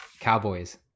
Cowboys